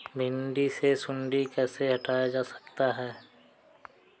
भिंडी से सुंडी कैसे हटाया जा सकता है?